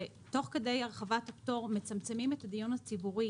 ותוך כדי הרחבת הפטור מצמצמים את הדיון הציבורי